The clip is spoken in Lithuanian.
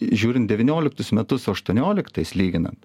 žiūrint devynioliktus metus su aštuonioliktais lyginant